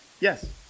Yes